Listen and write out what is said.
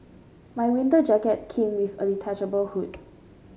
my winter jacket came with a detachable hood